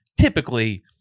typically